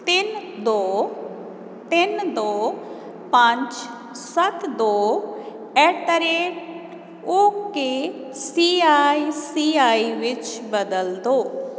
ਤਿੰਨ ਦੋ ਤਿੰਨ ਦੋ ਪੰਜ ਸੱਤ ਦੋ ਐਟ ਦਾ rate okay C I C I ਵਿੱਚ ਬਦਲ ਦਿਓ